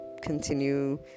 continue